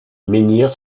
menhirs